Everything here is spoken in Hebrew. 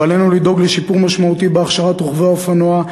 ועלינו לדאוג לשיפור משמעותי בהכשרת רוכבי האופנוע,